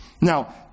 Now